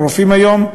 הרופאים היום,